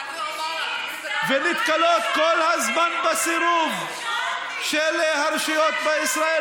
ונתקלות כל הזמן בסירוב של הרשויות בישראל,